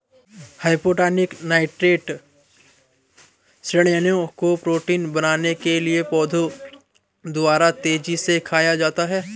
hydroponic nitrate ऋणायनों को protein बनाने के लिए पौधों द्वारा तेजी से खाया जाता है